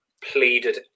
pleaded